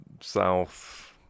south